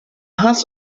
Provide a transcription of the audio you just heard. áthas